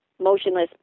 motionless